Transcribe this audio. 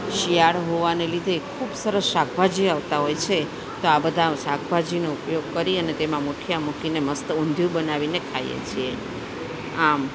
શિયાળો હોવાને લીધે ખૂબ સરસ શાકભાજી આવતા હોય છે તો આ બધા શાકભાજીનો ઉપયોગ કરી અને તેમાં મૂઠિયાં મૂકીને મસ્ત ઊંધિયું બનાવીએ ખાઈએ છીએ આમ